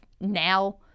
now